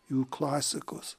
jų klasikos